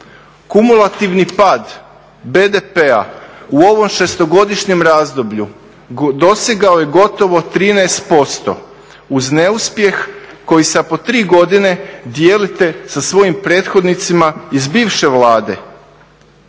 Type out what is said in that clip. Kumulativni pad BDP-a u ovom šestogodišnjem razdoblju dosegao je gotovo 13% uz neuspjeh koji sa po tri godine dijelite sa svojim prethodnicima iz bivše vlade.